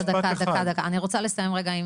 תודה,